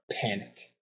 panic